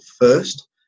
first